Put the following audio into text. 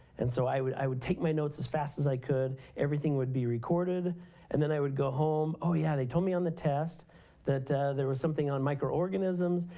and, so i would i would take my notes as fast as i could. everything would be recorded and then i would go home. yeah! they told me on the test that there was something on microorganisms.